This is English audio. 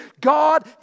God